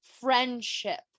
friendship